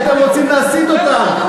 כי אתם רוצים להסית אותם.